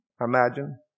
imagine